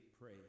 pray